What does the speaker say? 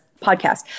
podcast